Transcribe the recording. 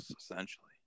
essentially